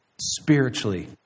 spiritually